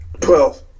twelve